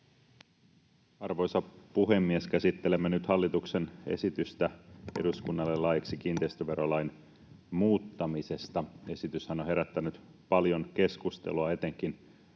Arvoisa puhemies! Käsittelemme nyt hallituksen esitystä eduskunnalle laiksi kiinteistöverolain muuttamisesta. Esityshän on herättänyt paljon keskustelua etenkin